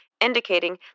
indicating